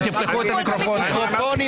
תפתחו את המיקרופונים,